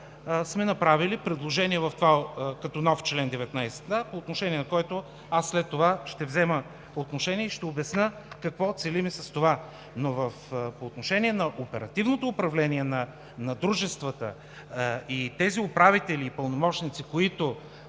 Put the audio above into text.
сме направили предложение – като нов чл. 19а, по отношение на който аз след това ще взема отношение и ще обясня какво целим с това. Но по отношение на оперативното управление на дружествата и тези управители и пълномощници, които